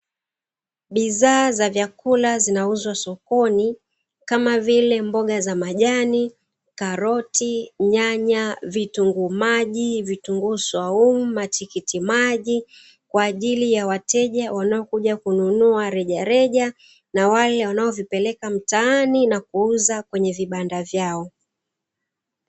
Bidhaa za vyakula zinauzwa sokoni kama vile mboga za majani, karoti, nyanya, vitunguu maji, vitunguu swaumu, matikiti maji, kwa ajili ya wateja wanaokuja kununua rejareja na wale wanavipeleka mtaani na kuuza kwenye vibanda vyao.